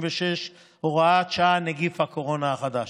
36, הוראת שעה, נגיף הקורונה החדש),